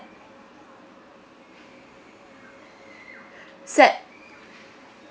set